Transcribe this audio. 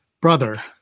brother